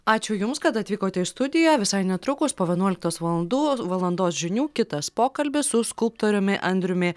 ačiū jums kad atvykote į studiją visai netrukus po vienuoliktos valandų valandos žinių kitas pokalbis su skulptoriumi andriumi